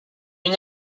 une